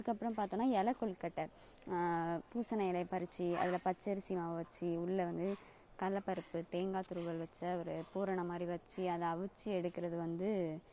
அதுக்கப்புறம் பார்த்தோன்னா இலை கொழுக்கட்ட பூசணி இலைய பறித்து அதில் பச்சரிசி மாவு வெச்சு உள்ளே வந்து கடலப்பருப்பு தேங்காய் துருவல் வெச்ச ஒரு பூரணம் மாதிரி வெச்சு அதை அவிச்சி எடுக்கிறது வந்து